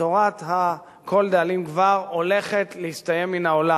תורת "כל דאלים גבר", הולכת להסתיים בעולם.